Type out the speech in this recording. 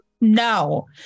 No